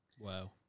Wow